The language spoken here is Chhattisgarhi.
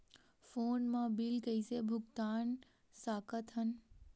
फोन मा बिल कइसे भुक्तान साकत हन?